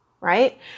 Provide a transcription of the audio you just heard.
Right